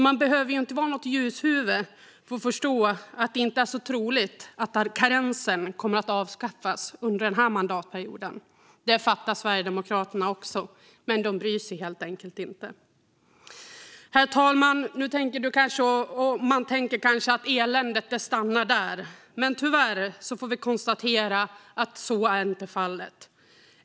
Man behöver inte vara något ljushuvud för att förstå att det inte är så troligt att karensen kommer att avskaffas under den här mandatperioden. Det fattar Sverigedemokraterna också. Men de bryr sig helt enkelt inte. Herr talman! Man tänker kanske att eländet stannar där. Men tyvärr får vi konstatera att så inte är fallet.